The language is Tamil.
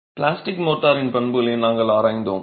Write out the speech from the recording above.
பிளாஸ்டிக் மோர்டாரின் பண்புகளை நாங்கள் ஆராய்ந்தோம்